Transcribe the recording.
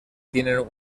tienen